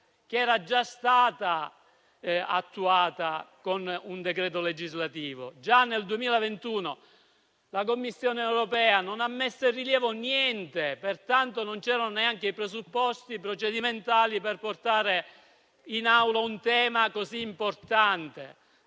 che era già stata attuata con un decreto legislativo. Già nel 2021 la Commissione europea non ha messo in rilievo niente e, pertanto, non c'erano neanche i presupposti procedimentali per portare in Aula un tema così importante.